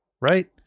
Right